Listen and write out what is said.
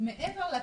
שמעבר לכסף,